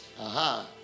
Aha